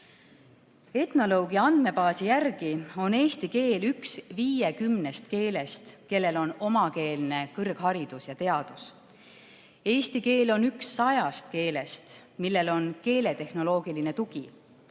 Etnoloogia andmebaasi järgi on eesti keel üks 50 keelest, millel on omakeelne kõrgharidus ja teadus. Eesti keel on üks 100 keelest, millel on keeletehnoloogiline tugi,